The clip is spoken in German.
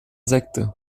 sekte